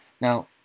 now